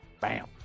Bam